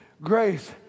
grace